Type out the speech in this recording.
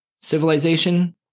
civilization